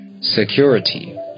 Security